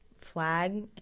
flag